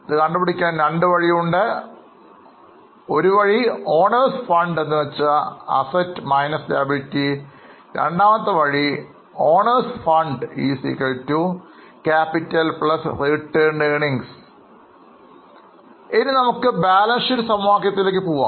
ഇതു കണ്ടെത്താൻ രണ്ട് വഴികളുണ്ട് Owners Fund Assets - Liabilities Owners Fund Capital Retained Earnings ഇപ്പോൾ നമുക്ക് ബാലൻസ് ഷീറ്റ് സമവാക്യത്തിലേക്ക് പോകാം